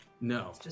No